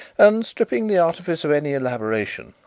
and, stripping the artifice of any elaboration,